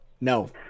no